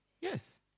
Yes